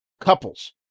couples